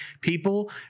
people